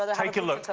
and take a look.